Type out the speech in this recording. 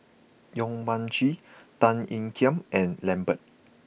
Yong Mun Chee Tan Ean Kiam and Lambert